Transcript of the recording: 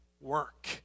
work